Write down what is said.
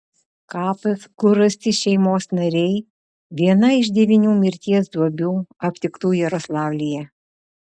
kapas kur rasti šeimos nariai viena iš devynių mirties duobių aptiktų jaroslavlyje